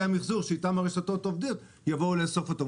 המיחזור שאיתם הרשתות עובדות יבואו לאסוף.